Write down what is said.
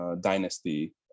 dynasty